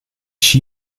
she